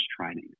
training